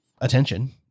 attention